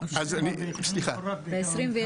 סליחה.